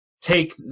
take